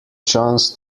chance